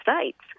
states